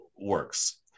works